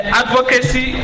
advocacy